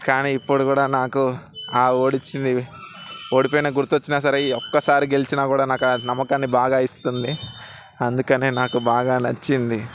కానీ ఇప్పుడు కూడా నాకు ఓడించింది ఓడిపోయిన గుర్తొచ్చినా సరే ఈ ఒక్కసారి గెలిచినా కూడా నాకు ఆ నమ్మకాన్ని బాగా ఇస్తుంది అందుకనే నాకు బాగా నచ్చింది